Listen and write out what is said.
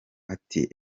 ati